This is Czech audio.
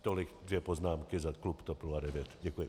Tolik dvě poznámky za klub TOP 09. Děkuji.